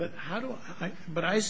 but how do i but i